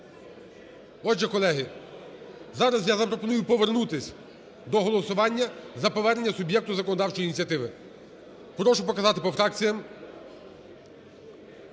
Отже, колеги, зараз я запропоную повернутись до голосування за повернення суб'єкту законодавчої ініціативи. Прошу показати по фракціям.